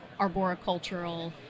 arboricultural